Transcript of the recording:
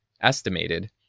estimated